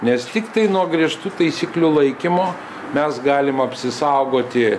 nes tiktai nuo griežtų taisyklių laikymo mes galim apsisaugoti